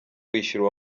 kwishyura